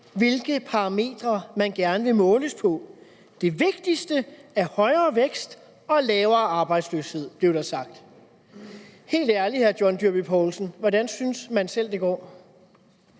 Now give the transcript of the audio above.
hvilke parametre man gerne vil måles på. Det vigtigste er højere vækst og lavere arbejdsløshed, blev der sagt. Jeg vil spørge hr. John Dyrby Paulsen: Helt ærligt, hvordan synes man selv det går?